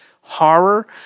horror